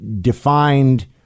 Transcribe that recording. defined